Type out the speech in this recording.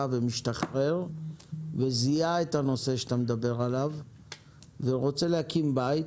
ומשתחרר וזיהה את הנושא שאתה מדבר עליו ורוצה להקים בית